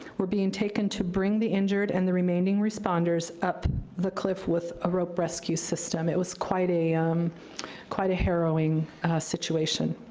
were being taken to bring the injured and the remaining responders up the cliff with a rope rescue system. it was quite a um quite a harrowing situation.